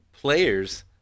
Players